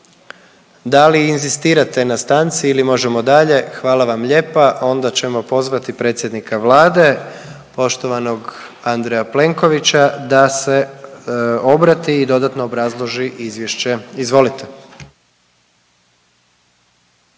Da li inzistirate na stanci ili možemo dalje? Hvala vam lijepa. Onda ćemo pozvati predsjednika Vlade poštovanog Andreja Plenkovića da se obrati i dodatno obrazloži izvješće. Izvolite.